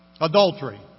Adultery